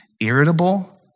irritable